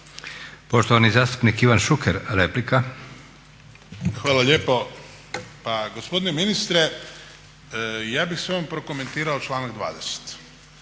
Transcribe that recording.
Poštovani zastupnik Ivan Šuker, replika. **Šuker, Ivan (HDZ)** Hvala lijepo. Pa gospodine ministre ja bih samo prokomentirao članak 20.